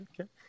okay